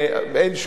אין שום קשר.